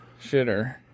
shitter